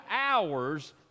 hours